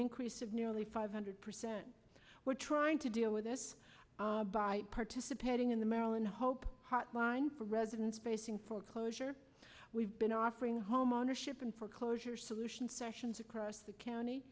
increase of nearly five hundred percent we're trying to deal with this by participating in the marilyn hope hotline for residents basing foreclosure we've been offering homeownership and foreclosure solutions sessions across the county